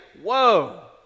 whoa